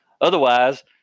Otherwise